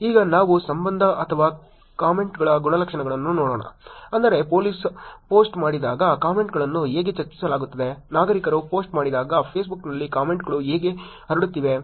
ಈಗ ನಾವು ಸಂಬಂಧ ಅಥವಾ ಕಾಮೆಂಟ್ಗಳ ಗುಣಲಕ್ಷಣಗಳನ್ನು ನೋಡೋಣ ಅಂದರೆ ಪೊಲೀಸರು ಪೋಸ್ಟ್ ಮಾಡಿದಾಗ ಕಾಮೆಂಟ್ಗಳನ್ನು ಹೇಗೆ ಚರ್ಚಿಸಲಾಗುತ್ತದೆ ನಾಗರಿಕರು ಪೋಸ್ಟ್ ಮಾಡಿದಾಗ ಫೇಸ್ಬುಕ್ನಲ್ಲಿ ಕಾಮೆಂಟ್ಗಳು ಹೇಗೆ ಹರಡುತ್ತಿವೆ